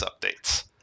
updates